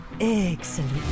Excellent